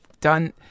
done